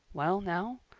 well now,